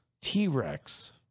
T-Rex